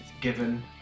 given